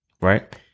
right